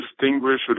distinguish